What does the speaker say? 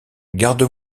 garde